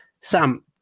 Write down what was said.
Sam